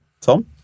Tom